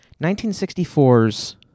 1964's